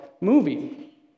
Movie